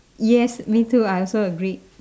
yes me too I also agree